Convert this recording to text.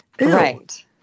Right